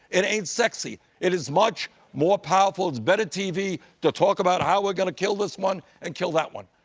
it ain't sexy. it is much more powerful, it's better tv to talk about how we're going to kill this one and kill that one.